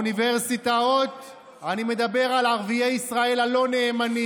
האוניברסיטאות --- אני מדבר על ערביי ישראל הלא-נאמנים.